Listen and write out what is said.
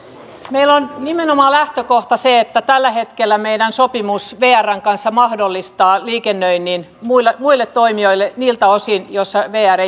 meillä on nimenomaan lähtökohta se että tällä hetkellä meidän sopimuksemme vrn kanssa mahdollistaa liikennöinnin muille muille toimijoille niiltä osin missä vr